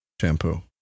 shampoo